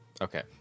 Okay